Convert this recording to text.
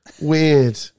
Weird